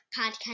podcast